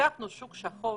שפיתחנו שוק שחור